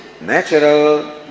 natural